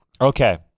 Okay